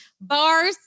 bars